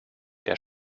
der